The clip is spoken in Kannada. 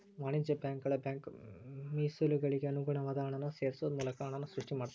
ವಾಣಿಜ್ಯ ಬ್ಯಾಂಕುಗಳ ಬ್ಯಾಂಕ್ ಮೇಸಲುಗಳಿಗೆ ಅನುಗುಣವಾದ ಹಣನ ಸೇರ್ಸೋ ಮೂಲಕ ಹಣನ ಸೃಷ್ಟಿ ಮಾಡ್ತಾರಾ